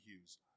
Hughes